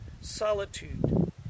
Solitude